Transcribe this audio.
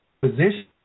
position